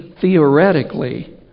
theoretically